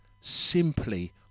simply